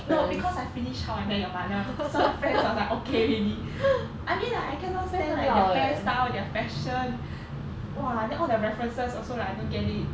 no because I finished how I met your mother so friends was like okay already I mean like I cannot stand like their hair style their fashion !wah! then all the references also like I don't get it